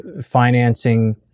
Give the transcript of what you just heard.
financing